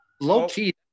Low-key